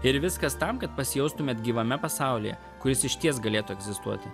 ir viskas tam kad pasijustumėt gyvame pasaulyje kuris išties galėtų egzistuoti